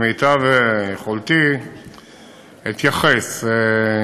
כמיטב יכולתי אתייחס.